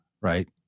right